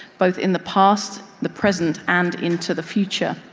both in the past, the present and into the future.